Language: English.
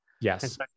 Yes